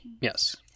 Yes